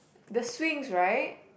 the swings right